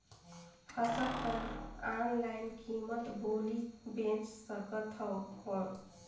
फसल कर ऑनलाइन कीमत बोली बेच सकथव कौन?